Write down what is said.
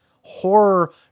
horror